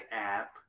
app